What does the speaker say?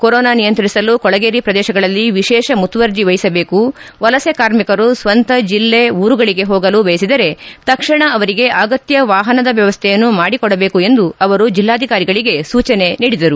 corona ನಿಯಂತ್ರಿಸಲು ಕೊಳಗೇರಿ ಪ್ರದೇಶಗಳಲ್ಲಿ ವಿಶೇಷ ಮುತುವರ್ಜಿ ವಹಿಸಬೇಕು ವಲಸೆ ಕಾರ್ಮಿಕರು ಸ್ವಂತ ಜಲ್ಲೆ ಊರುಗಳಿಗೆ ಹೋಗಲು ಬಯಸಿದರೆ ತಕ್ಷಣ ಅವರಿಗೆ ಅಗತ್ಯ ವಾಹನದ ವ್ಯವಸ್ಥೆಯನ್ನು ಮಾಡಿಕೊಡಬೇಕು ಎಂದು ಅವರು ಜಿಲ್ಲಾಧಿಕಾರಿಗಳಿಗೆ ಸೂಚನೆ ನೀಡಿದರು